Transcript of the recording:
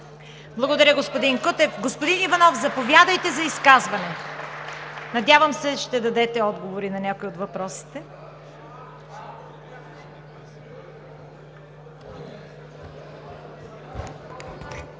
Благодаря, господин Кутев. Господин Иванов, заповядайте за изказване. Надявам се, ще дадете отговори на някои от въпросите.